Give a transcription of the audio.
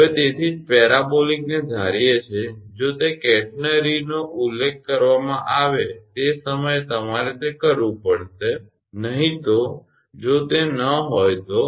હવે તેથી જ પેરાબોલિકને ધારીએ છે જો તે કેટરનરીનો ઉલ્લેખ કરવામાં આવે તે સમયે તમારે તે કરવું પડશે નહીં તો જો તે ન હોય તો